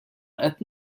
qed